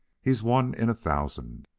he's one in a thousand,